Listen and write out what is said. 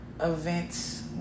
events